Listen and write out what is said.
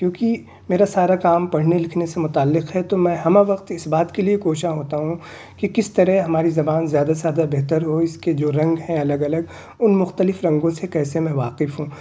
کیونکہ میرا سارا کام پڑھنے لکھنے سے متعلق ہے تو میں ہمہ وقت اس بات کے لیے کوشاں ہوتا ہوں کہ کس طرح ہماری زبان زیادہ سے زیادہ بہتر ہو اس کے جو رنگ ہیں الگ الگ ان مختلف رنگوں سے کیسے میں واقف ہوں